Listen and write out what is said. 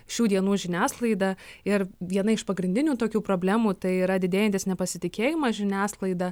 šių dienų žiniasklaida ir viena iš pagrindinių tokių problemų tai yra didėjantis nepasitikėjimas žiniasklaida